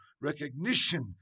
recognition